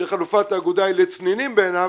שחלופת האגודה היא לצנינים בעיניו,